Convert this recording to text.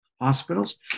hospitals